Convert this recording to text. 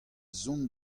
zont